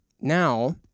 Now